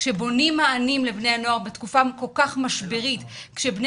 כשבונים מענים לבני הנוער בתקופה כל כך משברית כשבני